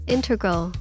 Integral